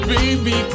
Baby